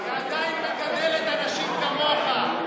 היא עדיין מגדלת אנשים כמוך.